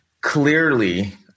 clearly